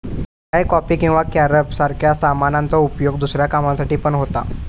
चाय, coffee किंवा carob सारख्या सामानांचा उपयोग दुसऱ्या कामांसाठी पण होता